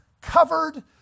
covered